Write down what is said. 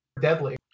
deadly